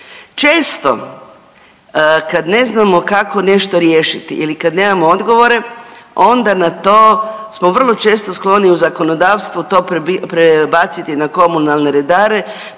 Često kad ne znamo kako nešto riješiti ili kad nemamo odgovore onda na to smo vrlo često skloni u zakonodavstvu to prebaciti na komunalne redare,